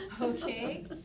Okay